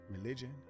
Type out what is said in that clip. religion